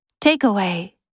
Takeaway